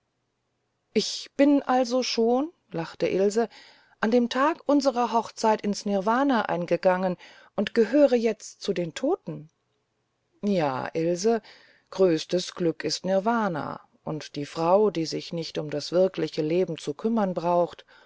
ich bin also schon lachte ilse an dem tag unserer hochzeit ins nirwana eingegangen und gehöre jetzt zu den toten ja ilse größtes glück ist nirwana und die frau die sich nicht um das wirkliche leben zu kümmern braucht